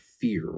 fear